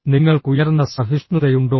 നിങ്ങൾക്ക് ഉയർന്ന സഹിഷ്ണുതയുണ്ടോ